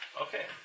Okay